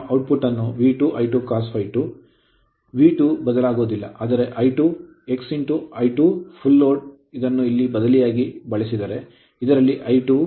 ಈಗ V2 ಬದಲಾಗುವುದಿಲ್ಲ ಆದರೆ I2 x I2 full load ಪೂರ್ಣ ಲೋಡ್ ಇದನ್ನು ಇಲ್ಲಿ ಬದಲಿಯಾಗಿ ಬಳಸಿದರೆ ಇದರಲ್ಲಿ I2 x I2 fl ಮೌಲ್ಯ